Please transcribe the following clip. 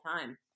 time